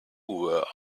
were